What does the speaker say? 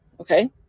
Okay